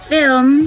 Film